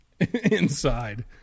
inside